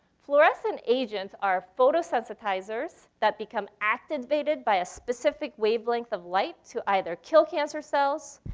fluorescent agents are photosensitizers that become activated by a specific wavelength of light to either kill cancer cells,